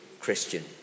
Christian